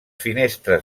finestres